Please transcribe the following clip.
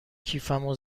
کیفمو